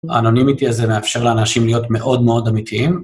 האנונימיטי הזה מאפשר לאנשים להיות מאוד מאוד אמיתיים.